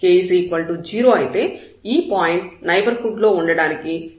k 0 అయితే ఈ point neighbourhood లో ఉండటానికి h ≠ 0 అవ్వాలి